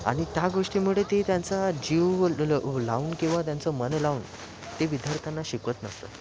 आणि त्या गोष्टीमुळे ते त्यांचा जीव ल लावून किंवा त्यांच मन लावून ते विद्यार्थ्यांना शिकवत नसतात